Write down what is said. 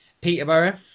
Peterborough